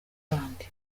bande